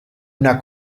una